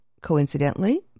coincidentally